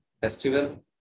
festival